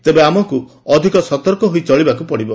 ତେବେ ଆମକୁ ଅଧିକ ସତର୍କ ହୋଇ ଚଳିବାକୁ ପଡ଼ିବ